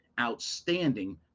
outstanding